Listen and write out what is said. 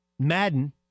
Madden